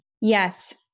Yes